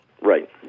Right